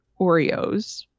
Oreos